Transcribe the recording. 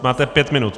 Máte pět minut.